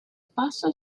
passo